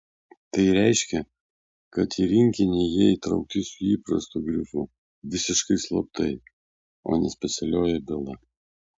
tai reiškė kad į rinkinį jie įtraukti su įprastu grifu visiškai slaptai o ne specialioji byla